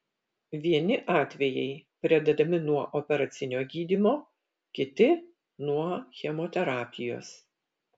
vieni atvejai pradedami nuo operacinio gydymo kiti nuo chemoterapijos